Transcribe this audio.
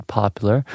popular